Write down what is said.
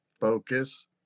Focus